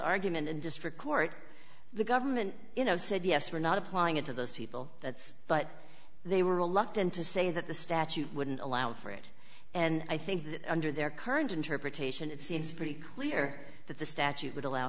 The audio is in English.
argument and district court the government you know said yes we're not applying it to those people that's but they were reluctant to say that the statute wouldn't allow for it and i think under their current interpretation it seems pretty clear that the statute would allow